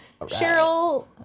Cheryl